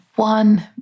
one